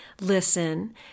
listen